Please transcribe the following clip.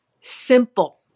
simple